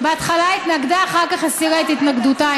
בהתחלה התנגדה ואחר כך הסירה את התנגדותה,